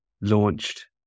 launched